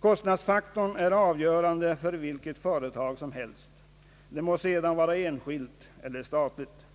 Kostnadsfaktorn är avgörande för vilket företag som helst. Det må sedan vara enskilt eller statligt.